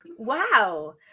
wow